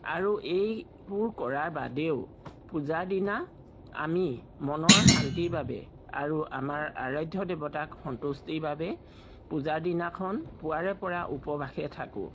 আৰু এইবোৰ কৰাৰ বাদেও পূজাৰ দিনা আমি মনৰ শান্তিৰ বাবে আৰু আমাৰ আৰাধ্য দেৱতাক সন্তুষ্টিৰ বাবে পূজাৰ দিনাখন পুৱাৰে পৰা উপবাসে থাকোঁ